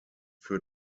für